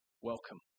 Welcome